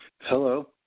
Hello